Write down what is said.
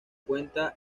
cuenta